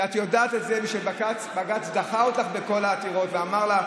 ואת יודעת שבג"ץ דחה אותך בכל העתירות ואמר לך